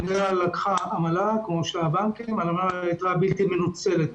המדינה לקחה עמלה כמו הבנקים --- יתרה בלתי מנוצלת.